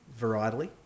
varietally